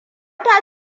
ta